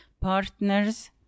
partners